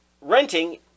renting